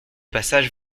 passage